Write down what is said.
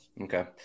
okay